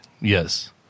Yes